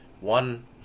one